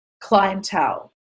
clientele